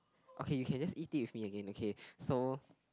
okay you can just eat it with me again okay so